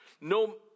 no